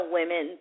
women